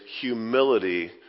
humility